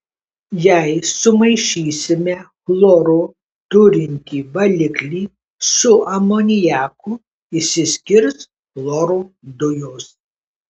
jei sumaišysime chloro turintį valiklį su amoniaku išsiskirs chloro dujos